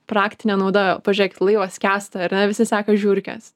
praktinė nauda pažiūrėkit laivas skęsta ar ne visi seka žiurkes